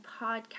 podcast